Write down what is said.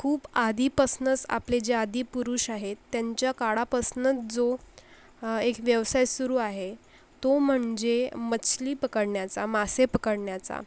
खूप आधीपासुनस आपले जे आदिपुरुष आहेत त्यांच्या काळापासुन जो एक व्यवसाय सुरू आहे तो म्हणजे मछली पकडण्याचा मासे पकडण्याचा